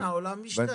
כן, העולם משתנה.